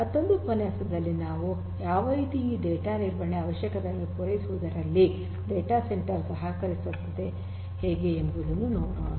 ಮತ್ತೊಂದು ಉಪನ್ಯಾಸದಲ್ಲಿ ನಾವು ಯಾವ ರೀತಿ ಈ ಡೇಟಾ ನಿರ್ವಹಣೆಯ ಅವಶ್ಯಕತೆಗಳನ್ನು ಪೂರೈಸುವುದರಲ್ಲಿ ಡೇಟಾ ಸೆಂಟರ್ ಹೇಗೆ ಸಹಕರಿಸುತ್ತದೆ ಎಂಬುದನ್ನು ನೋಡೋಣ